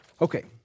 Okay